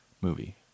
movie